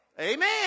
Amen